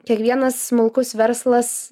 kiekvienas smulkus verslas